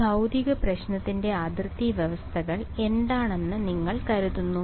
ഈ ഭൌതിക പ്രശ്നത്തിന്റെ അതിർത്തി വ്യവസ്ഥകൾ എന്താണെന്ന് നിങ്ങൾ കരുതുന്നു